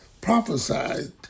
prophesied